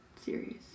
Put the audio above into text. series